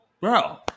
bro